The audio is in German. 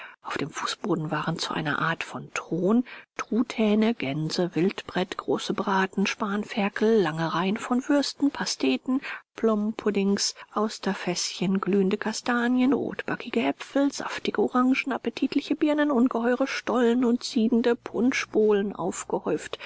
auf dem fußboden waren zu einer art von thron truthähne gänse wildbret große braten spanferkel lange reihen von würsten pasteten plumpuddings austerfäßchen glühende kastanien rotbäckige aepfel saftige orangen appetitliche birnen ungeheure stollen und siedende punschbowlen aufgehäuft